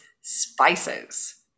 spices